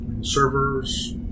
servers